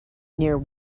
near